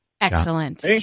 Excellent